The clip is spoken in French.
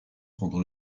rendant